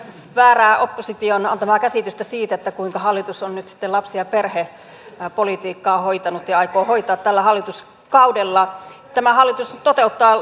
opposition antamaa väärää käsitystä siitä kuinka hallitus on nyt sitten lapsi ja perhepolitiikkaa hoitanut ja ja aikoo hoitaa tällä hallituskaudella tämä hallitus nyt toteuttaa